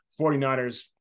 49ers